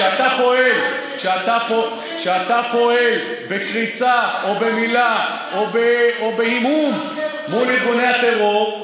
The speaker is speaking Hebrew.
כשאתה פועל בקריצה או במילה או בהמהום מול ארגוני הטרור,